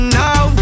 now